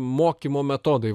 mokymo metodai